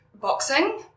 boxing